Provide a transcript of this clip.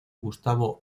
gustavo